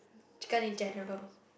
chicken in general